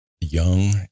young